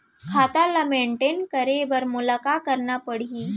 खाता ल मेनटेन रखे बर मोला का करना पड़ही?